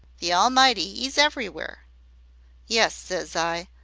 the almighty e's everywhere yes, ses i,